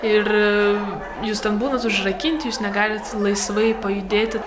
ir jūs ten būnat užrakinti jūs negalit laisvai pajudėti